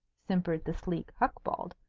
simpered the sleek hucbald.